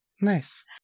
Nice